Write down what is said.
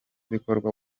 bikorwa